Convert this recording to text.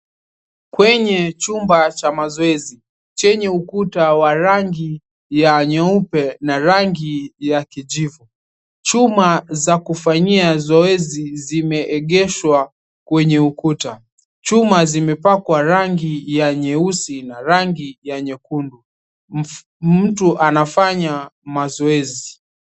Kwenye chumba cha mazoezi chenye ukuta wa rangi ya nyeupe na rangi ya kijivu chuma za kufanyia zoezi zimeegeshwa kwenye ukuta chuma zimepakwa rangi ya nyeusi na rangi ya nyekundu mtu anafanya mazoezi.